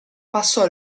passò